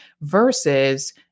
versus